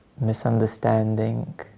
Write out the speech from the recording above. misunderstanding